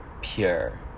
pure